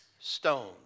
stone